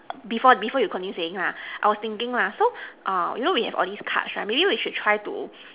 before before you continue saying lah I was thinking lah so err you know we have all these cards right maybe we should try to